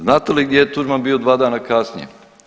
Znate li gdje je Tuđman bio dva dana kasnije?